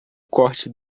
corte